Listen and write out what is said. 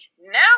now